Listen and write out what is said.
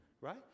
right